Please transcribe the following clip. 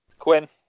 Quinn